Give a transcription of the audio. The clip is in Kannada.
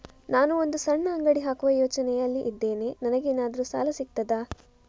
ನಾನು ಒಂದು ಸಣ್ಣ ಅಂಗಡಿ ಹಾಕುವ ಯೋಚನೆಯಲ್ಲಿ ಇದ್ದೇನೆ, ನನಗೇನಾದರೂ ಸಾಲ ಸಿಗ್ತದಾ?